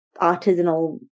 artisanal